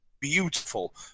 beautiful